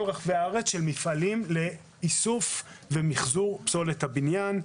רחבי הארץ של מפעלים לאיסוף ומחזור פסולת הבניין.